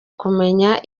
kumenya